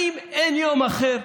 האם אין יום אחר?